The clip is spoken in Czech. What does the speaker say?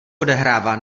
odehrává